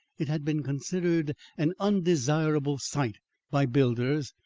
it had been considered an undesirable site by builders,